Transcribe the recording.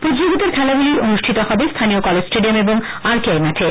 প্রতিযোগিতার খেলাগুলি অনুষ্ঠিত হবে স্হানীয় কলেজ স্টেডিয়াম ও আরকেআইমাঠে